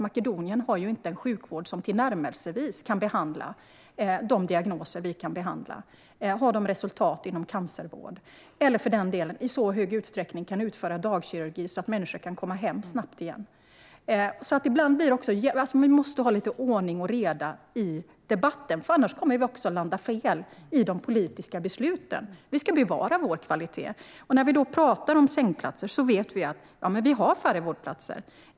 Makedonien har ju inte en sjukvård som tillnärmelsevis kan behandla de diagnoser som vi kan, som har de resultat som vi har inom cancervården eller som, för den delen, kan utföra dagkirurgi i stor utsträckning så att människor kan komma hem snabbt igen. Vi måste ha ordning och reda i debatten, för annars kommer vi att landa fel i de politiska besluten. Vi ska bevara vår kvalitet. När vi talar om sängplatser vet vi att vi har färre vårdplatser.